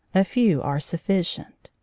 a few are sufficient.